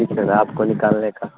جی sir آپ کو نکالنے کا